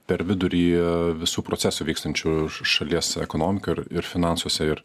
per vidurį visų procesų vykstančių ša šalies ekonomikoj ir ir finansuose ir